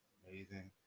amazing